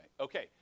Okay